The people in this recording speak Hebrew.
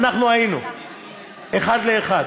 אנחנו היינו, אחד לאחד.